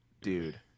dude